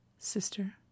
Sister